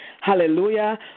hallelujah